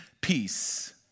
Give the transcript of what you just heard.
peace